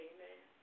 Amen